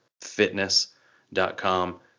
fitness.com